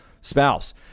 spouse